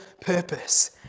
purpose